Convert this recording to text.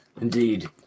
Indeed